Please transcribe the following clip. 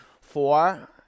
Four